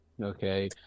okay